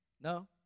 No